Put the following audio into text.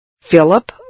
Philip